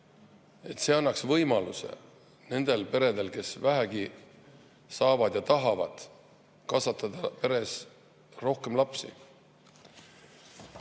See annaks võimaluse nendel peredel, kes vähegi saavad ja tahavad, kasvatada peres rohkem lapsi.